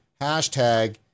hashtag